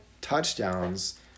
touchdowns